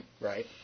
Right